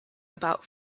about